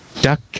duck